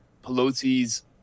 Pelosi's